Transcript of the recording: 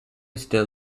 still